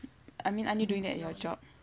I mean aren't you doing that in your job